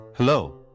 Hello